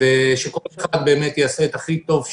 שכל אחד באמת יעשה את הכי טוב שלו,